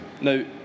Now